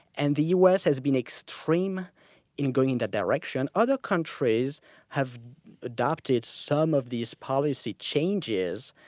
and the u. s. has been extreme in going in that direction. other countries have adopted some of these policy changes,